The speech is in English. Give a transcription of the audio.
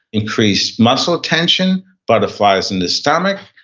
increased muscle tension, butterflies in the stomach,